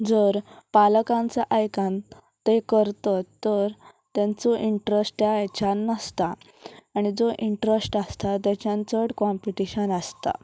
जर पालकांचा आयकून ते करतत तर तेंचो इंट्रस्ट त्या हेच्यान नासता आनी जो इंट्रस्ट आसता तेच्यान चड कॉम्पिटिशन आसता